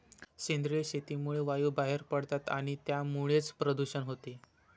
सेंद्रिय शेतीमुळे वायू बाहेर पडतात आणि त्यामुळेच प्रदूषण होते